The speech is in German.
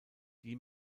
die